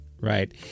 right